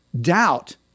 Doubt